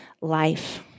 life